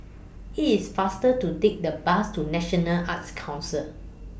IT IS faster to Take The Bus to National Arts Council